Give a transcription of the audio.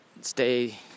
stay